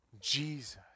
Jesus